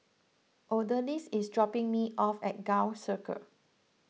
Odalys is dropping me off at Gul Circle